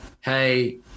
hey